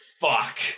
Fuck